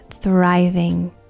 thriving